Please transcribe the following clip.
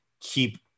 keep